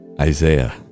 isaiah